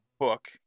book